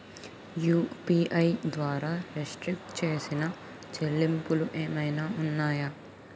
UPI ద్వారా restrict చేసిన చెల్లింపులు ఏమైనా ఉన్నాయా?